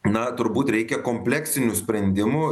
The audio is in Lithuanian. na turbūt reikia kompleksinių sprendimų